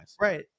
right